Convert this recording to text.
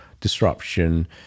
disruption